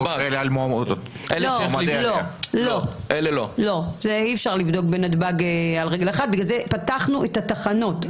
העלנו מאוקראינה 1,200 אנשים מעל גיל 18 ומתחת לגיל